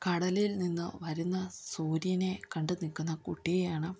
കടലിൽ നിന്നു വരുന്ന സൂര്യനെ കണ്ട് നിൽക്കുന്ന കുട്ടിയെയാണ്